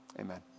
Amen